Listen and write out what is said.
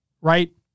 Right